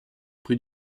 prix